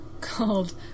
called